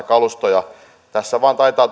kalustoja tässä vain taitaa